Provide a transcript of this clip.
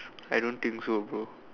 I don't think so bro